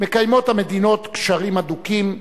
מקיימות המדינות קשרים הדוקים,